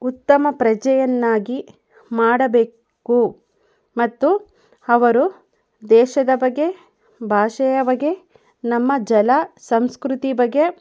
ಉತ್ತಮ ಪ್ರಜೆಯನ್ನಾಗಿ ಮಾಡಬೇಕು ಮತ್ತು ಅವರು ದೇಶದ ಬಗ್ಗೆ ಭಾಷೆಯ ಬಗ್ಗೆ ನಮ್ಮ ಜಲ ಸಂಸ್ಕೃತಿ ಬಗ್ಗೆ